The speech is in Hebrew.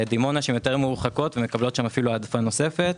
דימונה שהן יותר מרוחקות ומקבלות שם אף העדפה נוספת.